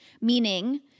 meaning